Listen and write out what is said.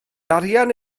arian